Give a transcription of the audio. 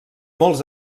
molts